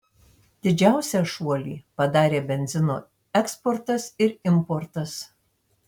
didžiausią šuolį padarė benzino eksportas ir importas